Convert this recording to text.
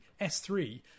S3